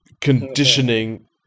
conditioning